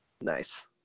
Nice